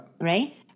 Right